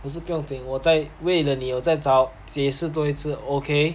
可是不用紧我在为了你我再找解释多一次 okay